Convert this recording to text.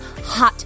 hot